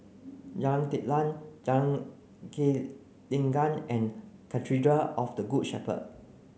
Jalan Telang Jalan Gelenggang and Cathedral of the Good Shepherd